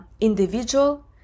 individual